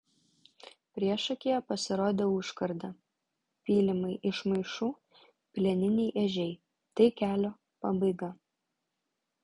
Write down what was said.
priešakyje pasirodė užkarda pylimai iš maišų plieniniai ežiai tai kelio pabaiga